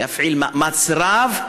להפעיל מאמץ רב,